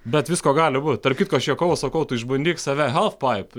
bet visko gali būt tarp kitko aš juokavau sakau tu išbandyk save helf paip